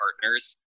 partners